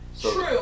True